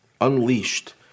unleashed